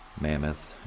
Mammoth